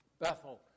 Bethel